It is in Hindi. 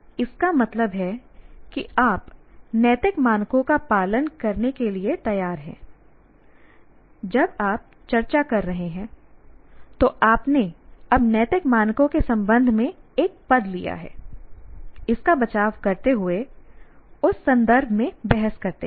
इसका मतलब है कि आप नैतिक मानकों का पालन करने के लिए तैयार हैं जब आप चर्चा कर रहे हैं तो आपने अब नैतिक मानकों के संबंध में एक पद लिया है इसका बचाव करते हुए उस संदर्भ में बहस करते हैं